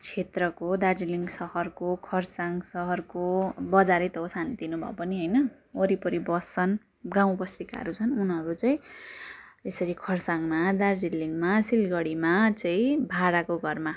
क्षेत्रको दार्जिलिङ सहरको खरसाङ सहरको बजारै त हो सानोतिनो भए पनि होइन वरिपरि बस्छन् गाउँबस्तीकाहरू छन् उनीहरू चाहिँ यसरी खरसाङमा दार्जिलिङमा सिलगडीमा चाहिँ भाडाको घरमा